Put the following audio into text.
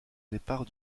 départ